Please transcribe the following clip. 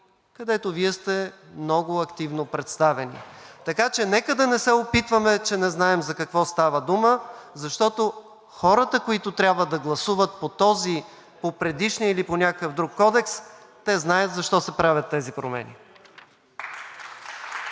където Вие сте много активно представени, така че нека да не се опитваме, че не знаем за какво става дума, защото хората, които трябва да гласуват по този, по предишния или по някакъв друг кодекс, те знаят защо се правят тези промени.